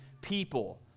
people